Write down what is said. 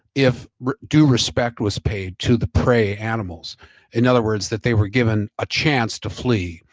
if due respect was paid to the prey animals in other words, that they were given a chance to flee,